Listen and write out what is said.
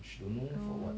oh